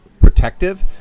protective